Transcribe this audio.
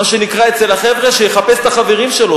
מה שנקרא אצל החבר'ה, שיחפש את החברים שלו.